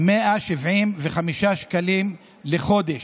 175 שקלים בחודש.